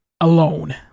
alone